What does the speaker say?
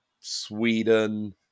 Sweden